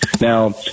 Now